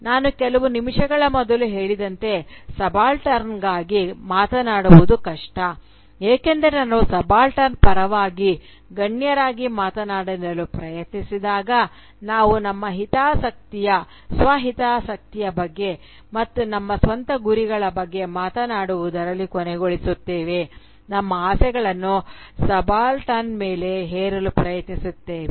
ನಾನು ಕೆಲವು ನಿಮಿಷಗಳ ಮೊದಲು ಹೇಳಿದಂತೆ ಸಬಾಲ್ಟರ್ನ್ಗಾಗಿ ಮಾತನಾಡುವುದು ಕಷ್ಟ ಏಕೆಂದರೆ ನಾವು ಸಬಾಲ್ಟರ್ನ್ ಪರವಾಗಿ ಗಣ್ಯರಾಗಿ ಮಾತನಾಡಲು ಪ್ರಯತ್ನಿಸಿದಾಗ ನಾವು ನಮ್ಮ ಸ್ವಹಿತಾಸಕ್ತಿಯ ಬಗ್ಗೆ ಮತ್ತು ನಮ್ಮ ಸ್ವಂತ ಗುರಿಗಳ ಬಗ್ಗೆ ಮಾತನಾಡುವುದರಲ್ಲಿ ಕೊನೆಗೊಳಿಸುತ್ತೇವೆ ನಮ್ಮ ಆಸೆಗಳನ್ನು ಸಬಾಲ್ಟರ್ನ್ ಮೇಲೆ ಹೇರಲು ಪ್ರಯತ್ನಿಸುತ್ತೇವೆ